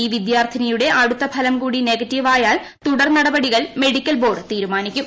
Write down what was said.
ഈ വിദ്യാർഥിനിയുടെ അടുത്ത ഫലം കൂടി നെഗറ്റീവ് ആയാൽ തുടർനടപടികൾ മെഡിക്കൽ ബോർഡ് തീരുമാനിക്കും